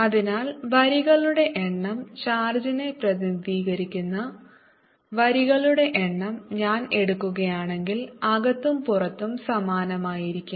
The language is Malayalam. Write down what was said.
അതിനാൽ വരികളുടെ എണ്ണം ചാർജിനെ പ്രതിനിധീകരിക്കുന്ന വരികളുടെ എണ്ണം ഞാൻ എടുക്കുകയാണെങ്കിൽ അകത്തും പുറത്തും സമാനമായിരിക്കും